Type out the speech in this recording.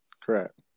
Correct